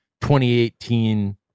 2018